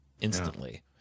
instantly